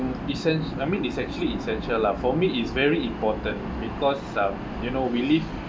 essence I mean it's actually essential lah for me it's very important because um you know we live